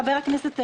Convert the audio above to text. חבר הכנסת מרגי,